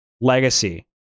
legacy